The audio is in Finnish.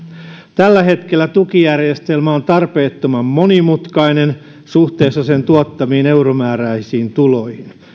tällä hetkellä tukijärjestelmä on tarpeettoman monimutkainen suhteessa sen tuottamiin euromääräisiin tuloihin